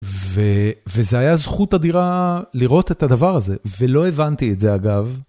וזה היה זכות אדירה לראות את הדבר הזה ולא הבנתי את זה אגב.